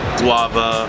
guava